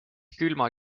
külma